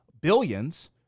billions